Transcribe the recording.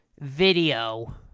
Video